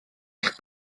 eich